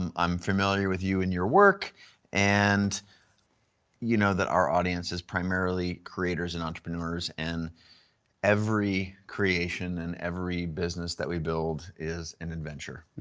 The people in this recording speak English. um i'm familiar with you and your work and you know that our audience is primarily creators and entrepreneurs and every creation and every business that we build is an adventure.